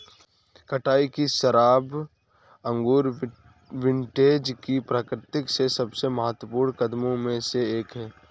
कटाई की शराब अंगूर विंटेज की प्रक्रिया में सबसे महत्वपूर्ण कदमों में से एक है